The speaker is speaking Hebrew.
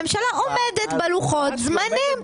שהממשלה עומדת בלוחות הזמנים,